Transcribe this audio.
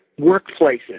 workplaces